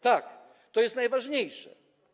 Tak, to jest najważniejsze.